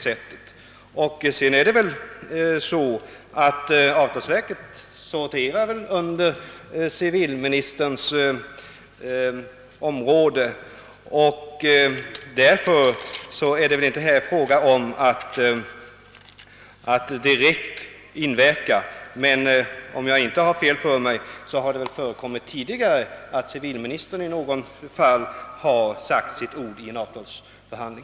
Sedan är det väl så att avtalsverket sorterar under civilministern, även om det där inte kan vara fråga om någon direkt påverkan, och om jag inte har fel har det ändå förekommit tidigare att civilministern i något fall har sagt sitt ord i en avtalsförhandling.